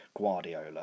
Guardiola